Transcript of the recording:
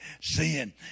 sin